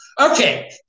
Okay